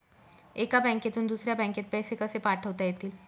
एका बँकेतून दुसऱ्या बँकेत पैसे कसे पाठवता येतील?